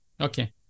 Okay